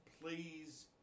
please